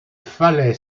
fallait